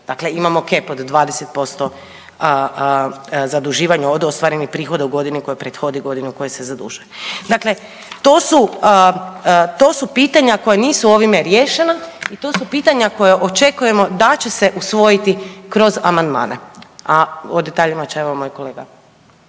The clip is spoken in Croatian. Dakle imamo cap od 20% zaduživanja od ostvarenih prihoda u godini koja prethodi godini u kojoj se zadužuje. Dakle to su pitanja koja nisu ovime riješena i to su pitanja koje očekujemo da će se usvojiti kroz amandmane, a o detaljima će, evo, moj kolega.